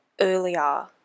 earlier